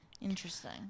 Interesting